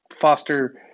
foster